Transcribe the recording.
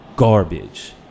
garbage